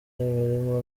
barimo